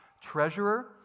treasurer